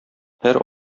һәр